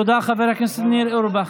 תודה, חבר הכנסת ניר אורבך.